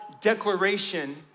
declaration